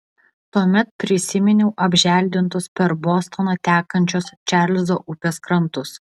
tuomet prisiminiau apželdintus per bostoną tekančios čarlzo upės krantus